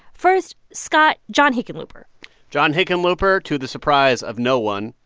first, scott, john hickenlooper john hickenlooper, to the surprise of no one,